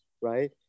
right